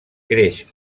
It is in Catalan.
creix